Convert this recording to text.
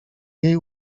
jej